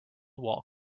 wall